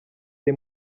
ari